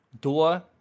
door